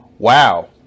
Wow